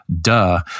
Duh